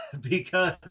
Because-